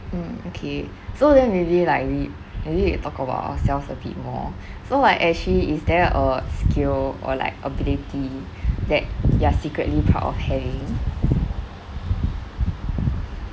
mm okay so we'll maybe like we maybe we need to talk about ourselves a bit more so like actually is there a skill or like ability that you are secretly proud of having